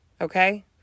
okay